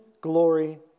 glory